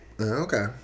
okay